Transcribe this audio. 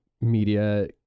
media